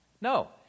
No